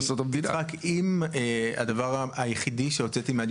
אני אומר לך כראש רשות לשעבר,